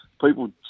people